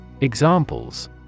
Examples